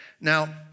Now